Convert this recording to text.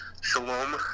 shalom